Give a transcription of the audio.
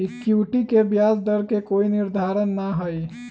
equity के ब्याज दर के कोई निर्धारण ना हई